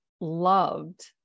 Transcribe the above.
loved